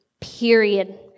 Period